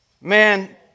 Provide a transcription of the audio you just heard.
man